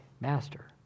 Master